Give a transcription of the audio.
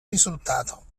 risultato